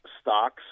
stocks